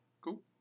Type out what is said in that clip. Cool